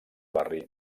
barri